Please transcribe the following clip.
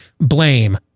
blame